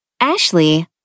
Ashley